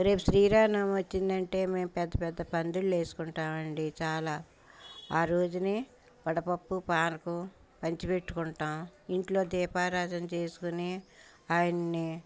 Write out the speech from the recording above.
రేపు శ్రీరామనవమి వచ్చిందంటే మేం పెద్ద పెద్ద పందిర్లు వేసుకుంటామండీ చాలా ఆ రోజుని వడపప్పు పానకం పంచి పెట్టుకుంటాం ఇంట్లో దీపారాధన చేసుకొని ఆయన్ని